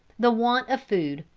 the want of food,